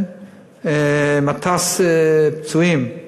מטס פצועים,